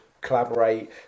collaborate